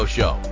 Show